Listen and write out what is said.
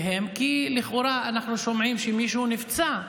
כי לכאורה אנחנו שומעים שמישהו נפצע,